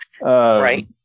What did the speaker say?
Right